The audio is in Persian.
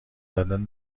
دادن